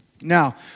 now